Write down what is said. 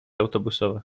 autobusowe